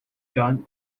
john